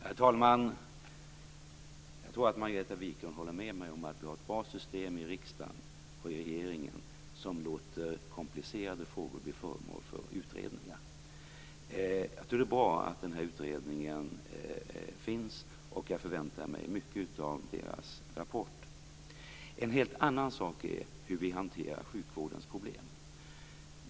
Herr talman! Jag tror att Margareta Viklund håller med mig om att vi har ett bra system i riksdagen och regeringen som låter komplicerade frågor bli föremål för utredningar. Jag tror att det är bra att den här utredningen finns, och jag förväntar mig mycket av dess rapport. En helt annan sak är hur vi hanterar sjukvårdens problem.